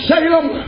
Salem